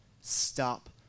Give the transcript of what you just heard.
stop